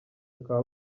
bakaba